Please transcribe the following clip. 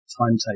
timetable